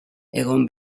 egon